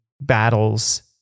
battles